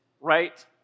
right